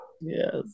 yes